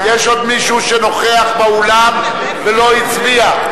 יש עוד מישהו שנוכח ולא הצביע?